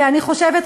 ואני חושבת,